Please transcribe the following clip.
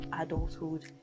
adulthood